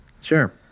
Sure